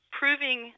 proving